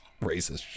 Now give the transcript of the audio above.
racist